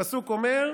הפסוק אומר: